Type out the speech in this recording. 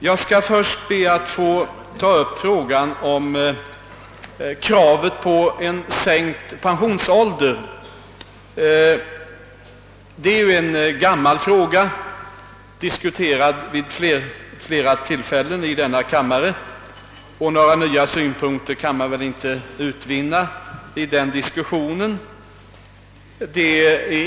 Jag skall först be att få ta upp kravet på en sänkt pensionsålder. Det är en gammal fråga, som har diskuterats vid flera tillfällen i denna kammare, och några nya synpunkter kan väl inte utvinnas i den diskussionen.